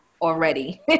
already